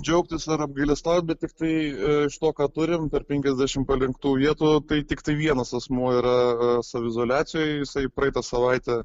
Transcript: džiaugtis ar apgailestaut bet tiktai iš to ką turim tarp penkiasdešimt parinktų vietų tai tiktai vienas asmuo yra saviizoliacijoj jisai praeitą savaitę